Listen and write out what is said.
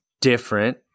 different